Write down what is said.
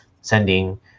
sending